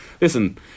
listen